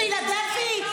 פילדלפי,